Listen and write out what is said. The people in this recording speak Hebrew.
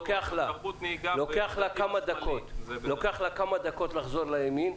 לוקח לה כמה דקות לחזור לימין,